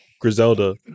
Griselda